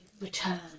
return